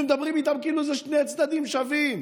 מדברים איתם כאילו זה שני צדדים שווים.